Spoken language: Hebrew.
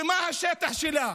מה השטח שלה?